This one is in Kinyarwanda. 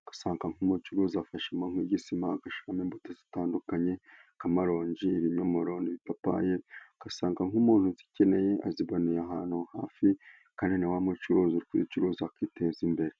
ugasanga nk'umucuruzi afashemo nk'igisima agashyiramo imbuto zitandukanye nk'amaronji, ibinyomoro, ibipapaye ugasanga nk'umuntu uzikeneye aziboneye ahantu hafi, kandi wa mucuruzi uri gucuruza akiteza imbere.